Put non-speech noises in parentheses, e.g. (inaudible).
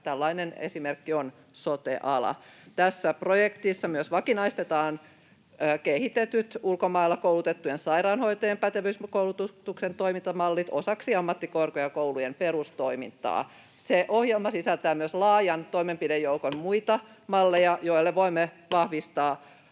tällainen esimerkki on sote-ala. Tässä projektissa myös vakinaistetaan kehitetyt ulkomailla koulutettujen sairaanhoitajien pätevyyskoulutuksen toimintamallit osaksi ammattikorkeakoulujen perustoimintaa. Ohjelma sisältää myös laajan toimenpidejoukon muita malleja, (noise)